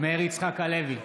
מאיר יצחק הלוי,